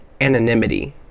Anonymity